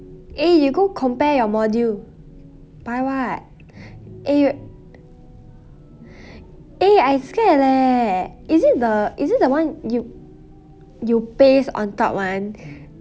eh you go compare your module buy what eh eh I scared leh is it the is it the [one] you you paste on top [one]